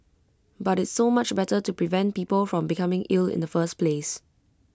but it's so much better to prevent people from becoming ill in the first place